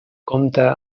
compta